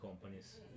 companies